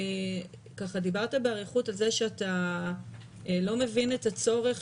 דיברת באריכות על זה שאתה לא מבין את הצורך